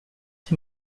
tes